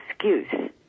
excuse